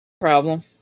Problem